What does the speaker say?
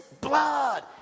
blood